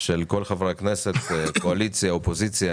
של כל חברי הכנסת, קואליציה ואופוזיציה.